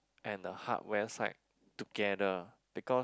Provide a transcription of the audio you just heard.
and a hardware side together because